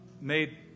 made